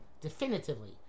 definitively